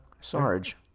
sarge